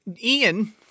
Ian